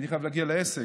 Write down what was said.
הייתי חייב להגיע לעסק,